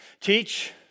teach